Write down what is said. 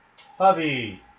Hobby